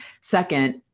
Second